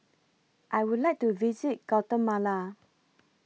I Would like to visit Guatemala